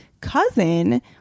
cousin